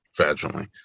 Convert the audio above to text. vaginally